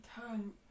turn